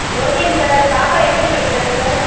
ஓகேங்க சார் பாப்பா எப்படி படிக்கிறாங்க சார்